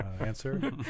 answer